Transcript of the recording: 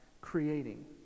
creating